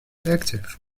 active